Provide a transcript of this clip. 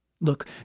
Look